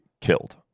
killed